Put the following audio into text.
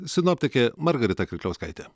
sinoptikė margarita kirkliauskaitė